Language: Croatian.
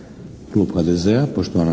Hvala